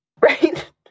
Right